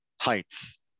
Heights